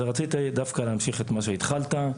אז רציתי דווקא להמשיך את מה התחלת,